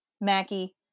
Mackie